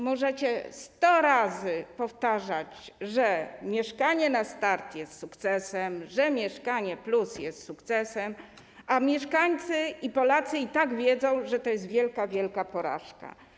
Możecie sto razy powtarzać, że „Mieszkanie na start” jest sukcesem, że „Mieszkanie+” jest sukcesem, a mieszkańcy, Polacy i tak wiedzą, że to jest wielka, wielka porażka.